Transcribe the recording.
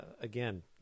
Again